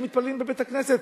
שמתפללים בבית-הכנסת,